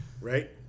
Right